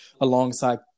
alongside